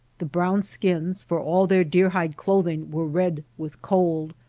the brown skins for all their deer-hide clothing were red with cold,